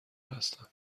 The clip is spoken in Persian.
هستن